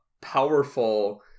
powerful